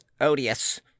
odious